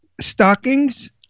stockings